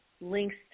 links